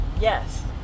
Yes